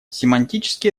семантически